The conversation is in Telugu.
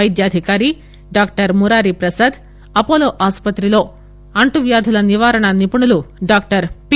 పైద్యాధికారి డాక్టర్ మురారి ప్రసాద్ అపోలో ఆసుపత్రిలో అంటువ్యాధుల నివారణ నిపుణులు డాక్టర్ పి